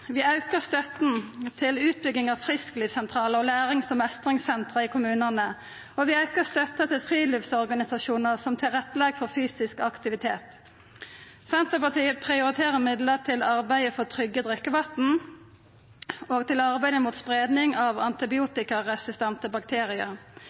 Vi aukar støtta til utbygging av frisklivssentralar og lærings- og mestringssenter i kommunane. Vi aukar støtta til friluftsorganisasjonar som legg til rette for fysisk aktivitet. Senterpartiet prioriterer midlar til arbeidet for trygge drikkevatn og til arbeidet mot spreiing av